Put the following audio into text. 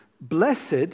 Blessed